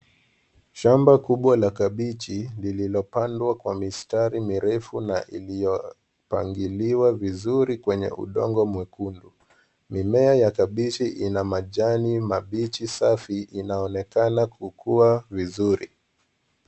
Shamba kbwa la kabeji lililopandwa kwa mistari mirefu na iliyopangiliwa vizuri kwenye udongo mwekundu. Mimea ya kabeji ina majini mabichi safi inayoonekana kukua vizuri.